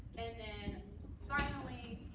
and then finally,